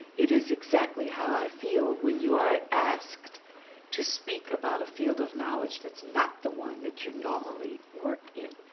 it is exactly how i feel when you are asked to speak about a field of knowledge that's not the one that you normally work in,